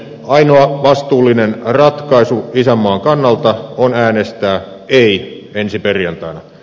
ainoa vastuullinen ratkaisu isänmaan kannalta on äänestää ei ensi perjantaina